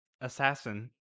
assassin